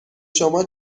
شما